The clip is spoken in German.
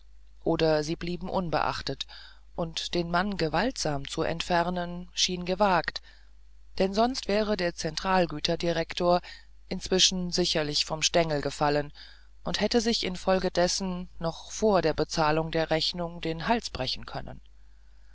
oder sie blieben unbeachtet und den mann gewaltsam zu entfernen schien gewagt den sonst wäre der zentralgüterdirektor inzwischen sicherlich vom stengel gefallen und hätte sich infolgedessen noch vor bezahlen der rechnung den hals brechen können